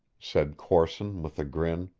said corson with a grin.